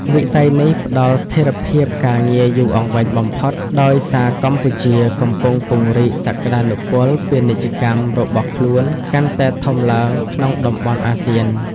វិស័យនេះផ្តល់ស្ថិរភាពការងារយូរអង្វែងបំផុត ដោយសារកម្ពុជាកំពុងពង្រីកសក្តានុពលពាណិជ្ជកម្មរបស់ខ្លួនកាន់តែធំឡើងក្នុងតំបន់អាស៊ាន។